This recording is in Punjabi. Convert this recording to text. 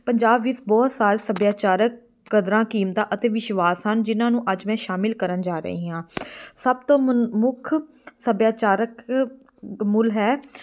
ਪੰਜਾਬ ਵਿੱਚ ਬਹੁਤ ਸਾਰੇ ਸੱਭਿਆਚਾਰਕ ਕਦਰਾਂ ਕੀਮਤਾਂ ਅਤੇ ਵਿਸ਼ਵਾਸ ਹਨ ਜਿਨ੍ਹਾਂ ਨੂੰ ਅੱਜ ਮੈਂ ਸ਼ਾਮਿਲ ਕਰਨ ਜਾ ਰਹੀ ਹਾਂ ਸਭ ਤੋਂ ਮਨ ਮੁੱਖ ਸੱਭਿਆਚਾਰਕ ਮੂਲ ਹੈ